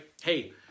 hey